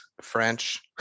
French